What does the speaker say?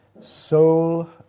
soul